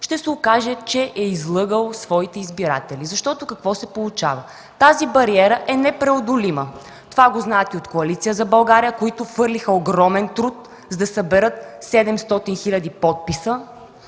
ще се окаже, че е излъгал своите избиратели. Какво се получава? Тази бариера е непреодолима. Това го знаят и от Коалиция за България, които хвърлиха огромен труд, за да съберат 700 хил. подписа.